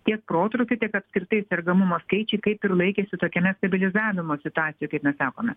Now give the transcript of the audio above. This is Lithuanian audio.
tiek protrūkių tiek apskritai sergamumo skaičiai kaip ir laikėsi tokiame stabilizavimosi situacijoj kaip mes sakome